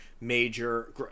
major